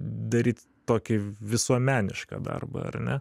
daryt tokį visuomenišką darbą ar ne